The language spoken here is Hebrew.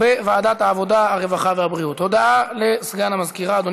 חוק הזכות לעבודה בישיבה (תיקון מס' 3) (הבטחת תנאים הולמים